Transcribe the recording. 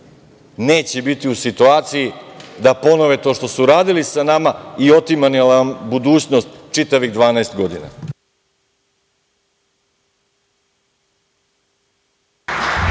neće biti u situaciji da ponove to što su uradili sa nama i otimali nam budućnost čitavih 12 godina.